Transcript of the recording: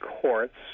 courts